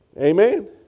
Amen